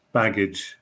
baggage